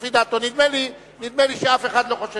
נדמה לי שאף אחד לא חושב